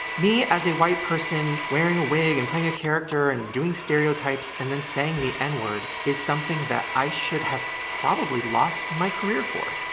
me, as a white person, wearing a wig and playing a character and doing stereotypes and then saying the n-word is something that i should have probably lost my career for,